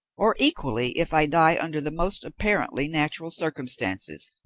or equally if i die under the most apparently natural circumstances,